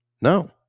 No